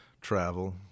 travel